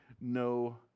no